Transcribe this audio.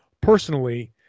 personally